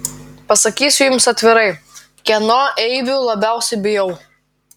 pasakysiu jums atvirai kieno eibių labiausiai bijau